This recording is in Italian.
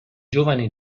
giovane